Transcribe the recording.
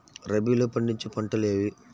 రబీలో పండించే పంటలు ఏవి?